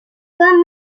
comme